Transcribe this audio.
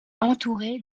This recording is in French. entourées